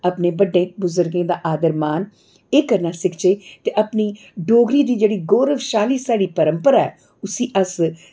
अपने बड्डे बजुर्गे दा आदर मान एह् करना सिक्खचै ते अपनी डोगरी दी जेह्ड़ी गौरवशाली साढ़ी परंपरा ऐ उसी अस